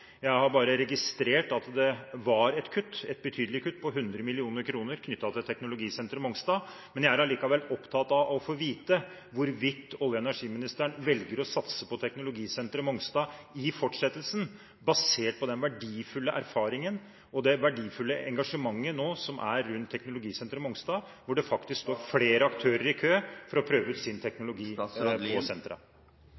jeg har bare registrert at det var et kutt, et betydelig kutt, på 100 mill. kr knyttet til teknologisenteret på Mongstad. Jeg er likevel opptatt av å få vite hvorvidt olje- og energiministeren velger å satse på teknologisenteret på Mongstad i fortsettelsen, basert på den verdifulle erfaringen og det verdifulle engasjementet som nå er rundt teknologisenteret på Mongstad, hvor det faktisk står flere aktører i kø for å prøve ut sin